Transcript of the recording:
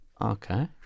Okay